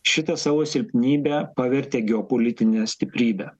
šitą savo silpnybę pavertė geopolitine stiprybe